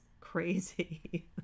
crazy